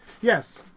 yes